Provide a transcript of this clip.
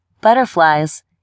butterflies